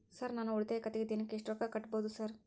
Sir ನಾನು ಉಳಿತಾಯ ಖಾತೆಗೆ ದಿನಕ್ಕ ಎಷ್ಟು ರೊಕ್ಕಾ ಕಟ್ಟುಬಹುದು ಸರ್?